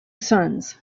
sons